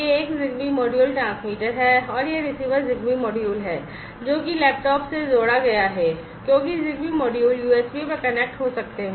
यह एक ZigBee module transmitter है और यह रिसीवर ZigBee मॉड्यूल है जो कि लैपटॉप से जोड़ा गया है क्योंकि ZigBee मॉड्यूल यूएसबी पर कनेक्ट हो सकते हैं